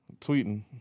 tweeting